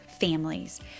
families